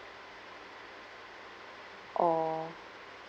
orh